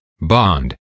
bond